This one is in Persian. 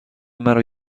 مرا